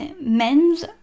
men's